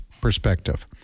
perspective